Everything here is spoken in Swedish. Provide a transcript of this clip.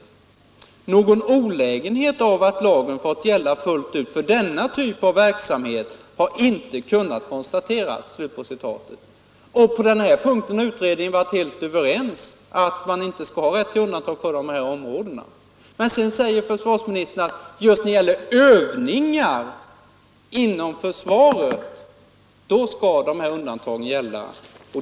Någon olägenhet av att lagen fått gälla fullt ut för denna typ av verksamhet har inte kunnat konstateras.” På denna punkt har utredningens ledamöter varit helt överens om att man inte skall ha rätt att göra undantag för de här områdena. Nu säger försvarsministern att just när det gäller övningar inom försvaret skall undantag göras.